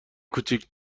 کوچیک